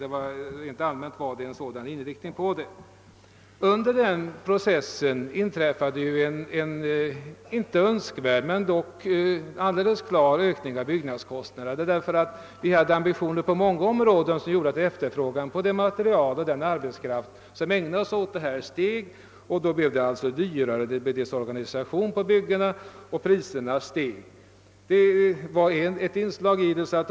Detta var alltså den allmänna inriktningen av bostadsproduktionen. Under tiden inträffade en inte önskvärd men alldeles klar ökning av byggnadskostnaderna. Vi hade nämligen ambitioner på många områden, och efterfrågan på material och arbetskraft steg därför med fördyringar som följd. Det blev desorganisation på byggena och priserna steg som sagt.